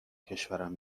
کشورم